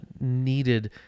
needed